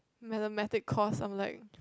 mathematic course I am like